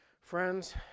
Friends